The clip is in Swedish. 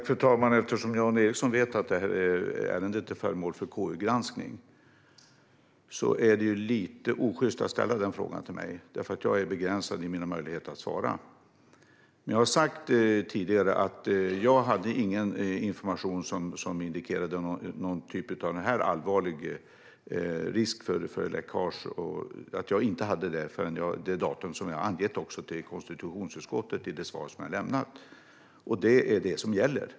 Fru talman! Eftersom Jan Ericson vet att detta ärende är föremål för KU-granskning är det lite osjyst av honom att ställa den frågan till mig eftersom jag är begränsad i mina möjligheter att svara. Jag har sagt tidigare att jag inte hade någon information som indikerade någon sådan här allvarlig risk för läckage före det datum som jag angett till konstitutionsutskottet i det svar som jag lämnat. Det är det som gäller.